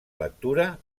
lectura